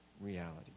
reality